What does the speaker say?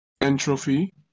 entropy